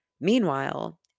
Meanwhile